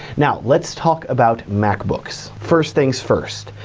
now let's talk about macbooks. first things first,